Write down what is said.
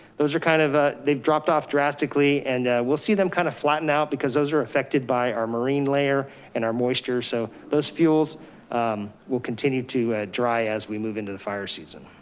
those are kind of ah they've dropped off drastically and we'll see them kinda flatten out because those are affected by our marine layer and our moisture. so those fuels will continue to dry as we move into the fire season.